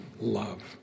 love